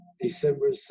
December